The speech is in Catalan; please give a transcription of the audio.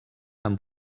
amb